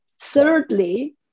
Thirdly